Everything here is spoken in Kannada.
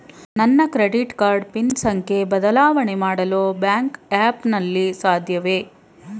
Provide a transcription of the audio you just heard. ನನ್ನ ಕ್ರೆಡಿಟ್ ಕಾರ್ಡ್ ಪಿನ್ ಸಂಖ್ಯೆ ಬದಲಾವಣೆ ಮಾಡಲು ಬ್ಯಾಂಕ್ ಆ್ಯಪ್ ನಲ್ಲಿ ಸಾಧ್ಯವೇ?